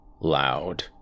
loud